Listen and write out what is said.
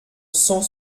cent